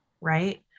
Right